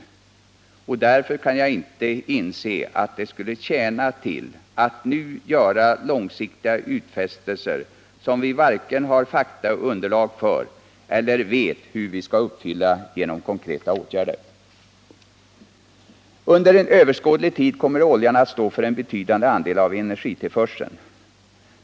Jag kan därför inte inse vad det skulle tjäna till att nu göra långsiktiga utfästelser, som vi varken har faktaunderlag för eller vet hur vi skall kunna uppfylla genom konkreta åtgärder. Under överskådlig tid kommer oljan att stå för en betydande andel av energitillförseln.